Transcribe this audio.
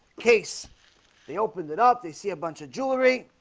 case they opened it up they see a bunch of jewelry